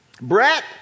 Brett